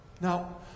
Now